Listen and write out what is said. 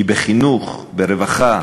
כי בחינוך, ברווחה,